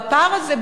והפער הזה,